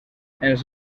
ens